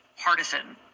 partisan